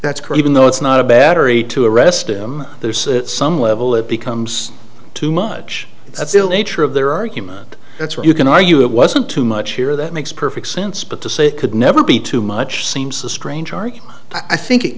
that's creeping though it's not a battery to arrest him there's some level it becomes too much that's ill nature of their argument that's where you can argue it wasn't too much here that makes perfect sense but to say it could never be too much seems a strange i think it